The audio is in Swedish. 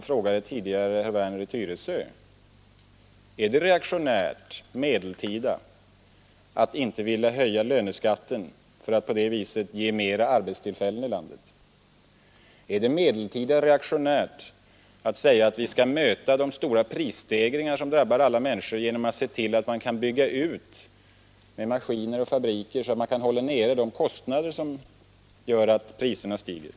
Är det reaktionärt att konstatera fakta? Är det då alltså reaktionärt att säga att aborterna har ökat kraftigt i landet, att uppenbarligen knarkmissbruket har ökat i landet, att brottsligheten synes ha ökat?